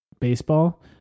baseball